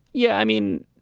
yeah, i mean,